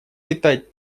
летать